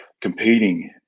competing